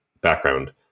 background